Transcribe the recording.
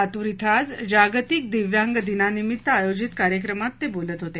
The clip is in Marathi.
लातूर इथं आज जागतिक दिव्यांग दिनानिमित्त आयोजित कार्यक्रमात ते बोलत होते